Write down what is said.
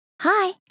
Hi